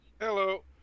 Hello